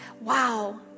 wow